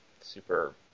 super